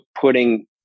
putting